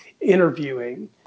interviewing